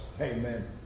Amen